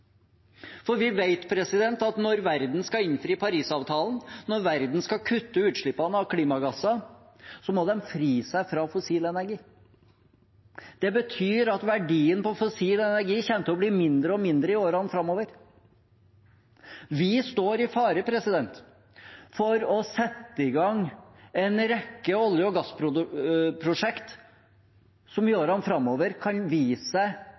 Vi vet at når verden skal innfri Parisavtalen, når verden skal kutte utslippene av klimagassene, må de fri seg fra fossil energi. Det betyr at verdien av fossil energi kommer til å bli mindre og mindre i årene framover. Vi står i fare for å sette i gang en rekke olje- og gassprosjekter som i årene framover kan vise